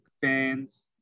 fans